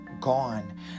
gone